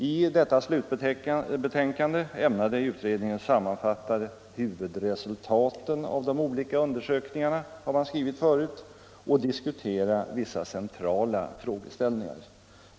I detta slutbetänkande ämnade utredningen sammanfatta huvudresultaten av de olika under sökningarna, har man skrivit förut, och diskutera vissa centrala frågeställningar.